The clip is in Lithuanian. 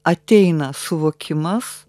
ateina suvokimas